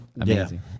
Amazing